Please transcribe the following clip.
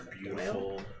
Beautiful